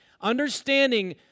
Understanding